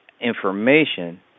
information